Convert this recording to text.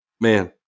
man